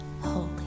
holy